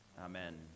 Amen